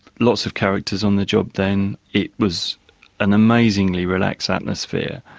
lots of characters on the job then. it was an amazingly relaxed atmosphere,